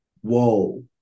whoa